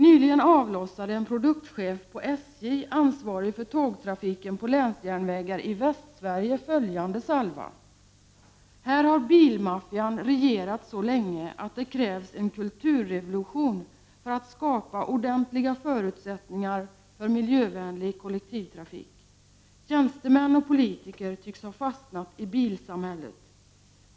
Nyligen avlossade en produktgruppchef på SJ, ansvarig för tågtrafiken på länsjärnvägar i Västsverige, följande salva: ”Här har bilmaffian regerat så länge att det krävs en kulturrevolution för att skapa ordentliga förutsättningar för miljövänlig kollektivtrafik. ——— Tjänstemän och politiker tycks ha fastnat i bilsamhället.